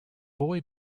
boy